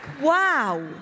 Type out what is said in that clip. Wow